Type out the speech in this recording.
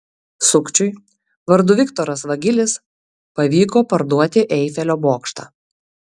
sukčiui vardu viktoras vagilis pavyko parduoti eifelio bokštą